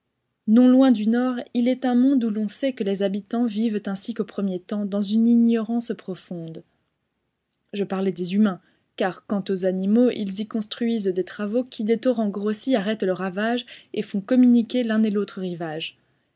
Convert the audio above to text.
non loin du nord il est un monde où l'on sait que les habitants vivent ainsi qu'aux premiers temps dans une ignorance profonde je parle des humains car quant aux animaux ils y construisent des travaux qui des torrents grossis arrêtent le ravage et font communiquer l'un et l'autre rivage